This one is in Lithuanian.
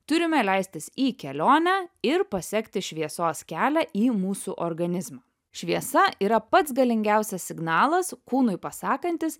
turime leistis į kelionę ir pasekti šviesos kelią į mūsų organizmą šviesa yra pats galingiausias signalas kūnui pasakantis